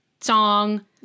song